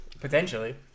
Potentially